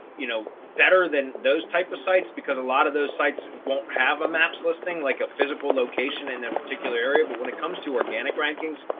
you know, better than those type of sites, because a lot of those sites won't have a maps listing like a physical location in their particular area. but when it comes to organic rankings,